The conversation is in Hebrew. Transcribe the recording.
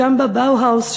גם בבאוהאוס,